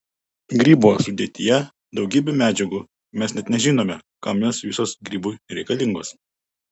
grybo sudėtyje daugybė medžiagų mes net nežinome kam jos visos grybui reikalingos